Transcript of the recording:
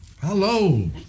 Hello